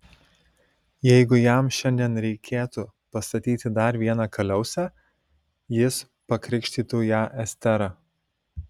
jeigu jam šiandien reikėtų pastatyti dar vieną kaliausę jis pakrikštytų ją estera